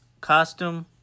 costume